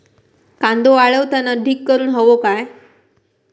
कांदो वाळवताना ढीग करून हवो काय?